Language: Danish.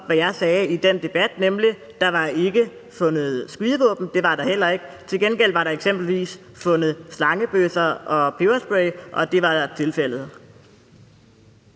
hvad jeg sagde i den debat, nemlig at der ikke var fundet skydevåben. Det var der heller ikke. Til gengæld var der eksempelvis fundet slangebøsser og peberspray – det var altså tilfældet.